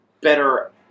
Better